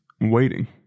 waiting